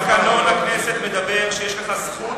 תקנון הכנסת מדבר על כך שיש לך זכות